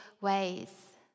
ways